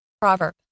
Proverb